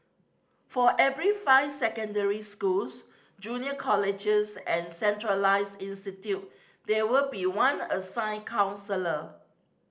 for every five secondary schools junior colleges and centralised institute there will be one assigned counsellor